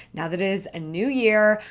now that it is a new year,